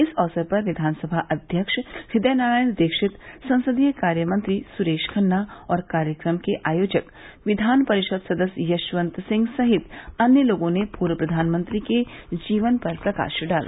इस अवसर पर कियानसभा अध्यक्ष हदय नारायण दीक्षित संसदीय कार्यमंत्री सुरेश खन्ना और कार्यक्रम के आयोजक विधान परिषद सदस्य यशवंत सिंह सहित अन्य लोगों ने पूर्व प्रधानमंत्री के जीवन पर प्रकाश डाला